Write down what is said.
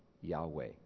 Yahweh